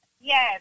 Yes